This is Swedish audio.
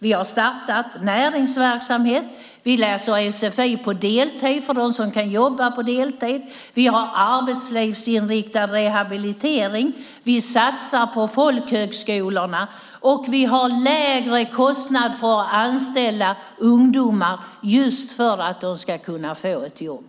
Vi har startat näringsverksamhet. De som jobbar deltid kan läsa sfi på deltid. Vi har arbetslivsinriktad rehabilitering. Vi satsar på folkhögskolorna. Vi har lägre kostnad för att anställa ungdomar för att de ska kunna få jobb.